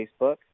Facebook